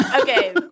okay